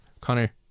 Connor